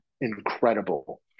incredible